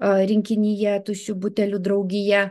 rinkinyje tuščių butelių draugija